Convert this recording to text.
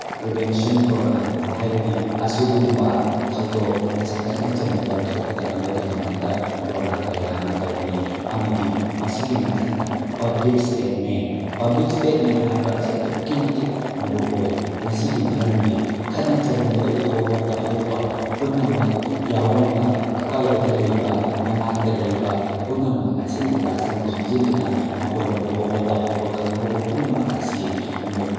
prevention programme ꯍꯥꯏꯕꯗꯤ ꯑꯁꯨꯒꯨꯝꯕ ꯊꯧꯗꯣꯛ ꯉꯁꯥꯏ ꯈꯠꯅ ꯆꯩꯅꯕ ꯊꯣꯛꯇꯅꯕꯒꯤꯗꯃꯛꯇ ꯄ꯭ꯔꯣꯒꯥꯝ ꯀꯌꯥ ꯑꯃ ꯇꯧꯒꯅꯤ ꯑꯃꯗꯤ ꯃꯁꯤꯒꯤ ꯃꯊꯪꯗ ꯄꯕ꯭ꯂꯤꯛ ꯏꯁꯇꯦꯠꯃꯦꯟ ꯄꯕ꯭ꯂꯤꯛ ꯏꯁꯇꯦꯠꯃꯦꯟ ꯍꯥꯏꯕ ꯑꯁꯤ ꯑꯗꯨꯛꯀꯤ ꯃꯇꯤꯛ ꯃꯔꯨꯑꯣꯏ ꯃꯁꯤꯒꯤ ꯃꯔꯝꯗꯤ ꯈꯠꯅ ꯆꯩꯅꯕꯗ ꯎꯍꯧꯕ ꯇꯥꯍꯧꯕ ꯄꯨꯝꯅꯃꯛ ꯌꯥꯎꯔꯝꯕ ꯑꯀꯣꯏꯕꯗ ꯂꯩꯕ ꯃꯅꯥꯛꯇ ꯂꯩꯕ ꯄꯨꯝꯅꯃꯛ ꯑꯁꯤꯕꯨ ꯇꯥꯁꯤꯟ ꯈꯣꯝꯖꯤꯟꯗꯨꯅ ꯃꯈꯣꯏꯅ ꯎꯍꯧꯕ ꯇꯥꯍꯧꯕ ꯈꯪꯍꯧꯕ ꯄꯨꯝꯅꯃꯛ ꯑꯁꯤ